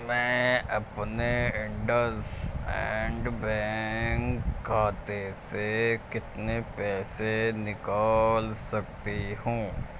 میں اپنے IndusInd bank کھاتے سے کتنے پیسے نکال سکتی ہوں